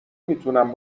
میتونم